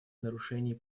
нарушений